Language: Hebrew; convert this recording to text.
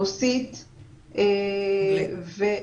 רוסית ואנגלית,